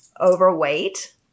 overweight